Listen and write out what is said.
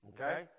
okay